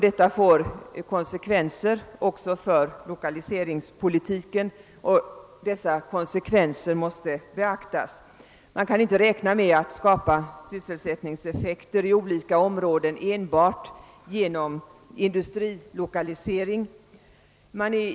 Detta får konsekvenser också för lokaliseringspolitiken och dessa konsekvenser måste beaktas. Man kan inte räkna med att skapa sysselsättningseffekter i olika områden enbart genom industrilokalisering.